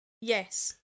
Yes